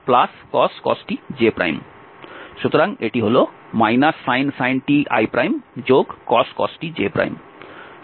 সুতরাং এটি হল sin t icos t j